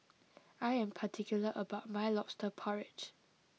I am particular about my Lobster Porridge